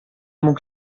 mógł